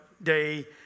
Day